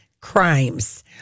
crimes